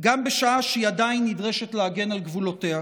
גם בשעה שהיא עדיין נדרשת להגן על גבולותיה.